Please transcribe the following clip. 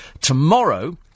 Tomorrow